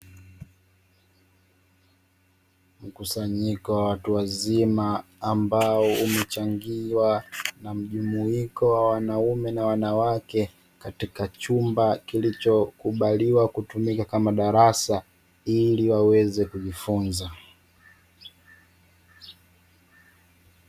Mkusanyiko wa watu wazima ambao umechangiwa na mjumuiko wa wanaume na wanawake, katika chumba kilichokubaliwa kutumika kama darasa ili waweze kujifunza.